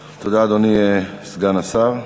תודה, אדוני סגן השר.